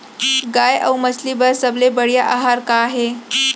गाय अऊ मछली बर सबले बढ़िया आहार का हे?